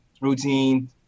routine